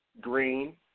green